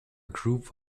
group